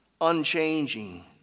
unchanging